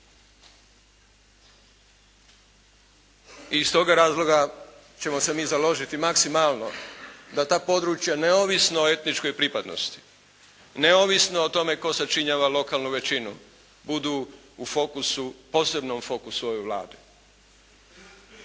I iz tog razloga ćemo se mi založiti maksimalno da ta područja neovisno o etničkoj pripadnosti, neovisno o tome tko sačinjava lokalnu većinu budu u fokusu, posebnom fokusu ove Vlade.